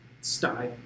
style